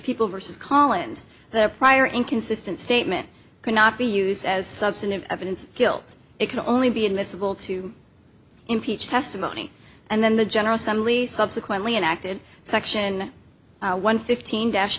people versus collins their prior inconsistent statement cannot be used as substantive evidence of guilt it can only be admissible to impeach testimony and then the general assembly subsequently enacted section one fifteen dash